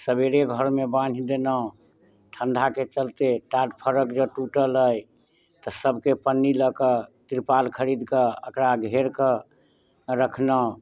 सबेरे घरमे बान्हि देलहुँ ठण्डाके चलते टाट फरक जे टूटल अइ तऽ सबके पन्नी लऽकऽ तिरपाल खरीद कऽ अकरा घेरकऽ रखलहुँ